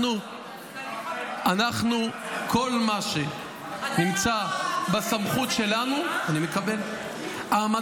כל מה שנמצא בסמכות שלנו -- אתם ----- אני מקבל.